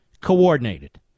coordinated